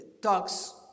talks